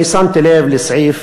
שמתי לב לסעיף,